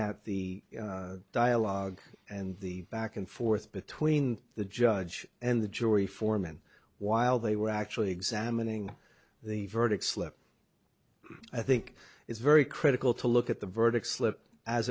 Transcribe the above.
at the dialogue and the back and forth between the judge and the jury foreman while they were actually examining the verdict slip i think it's very critical to look at the verdict slip as